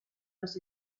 los